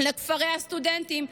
לכפרי הסטודנטים,